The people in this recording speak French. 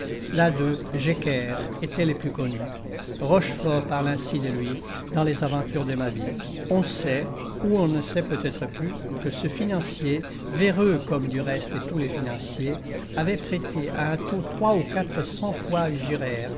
l'un d'eux jecker était le plus connu rochefort parle ainsi de lui dans les aventures de ma vie on sait ou on ne sait peut-être plus que ce financier véreux comme du reste tous les financiers avait prêté à un taux trois ou quatre cents fois